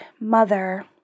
mother